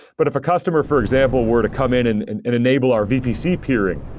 but if a customer, for example, were to come in and enable our vpc peering,